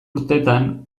urtetan